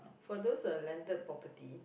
for those uh landed property